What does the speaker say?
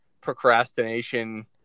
procrastination